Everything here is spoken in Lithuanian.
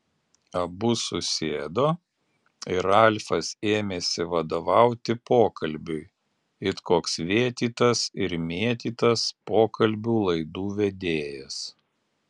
abu susėdo ir ralfas ėmėsi vadovauti pokalbiui it koks vėtytas ir mėtytas pokalbių laidų vedėjas